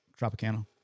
Tropicana